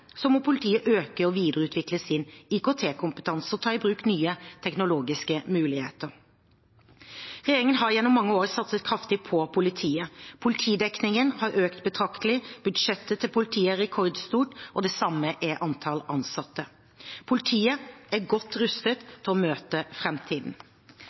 må politiet øke og videreutvikle sin IKT-kompetanse og ta i bruk nye teknologiske muligheter. Regjeringen har gjennom mange år satset kraftig på politiet. Politidekningen har økt betraktelig, budsjettet til politiet er rekordstort, og det samme er antall ansatte. Politiet er godt